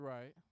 Right